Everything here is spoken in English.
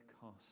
cost